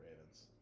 Ravens